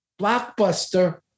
Blockbuster